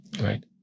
Right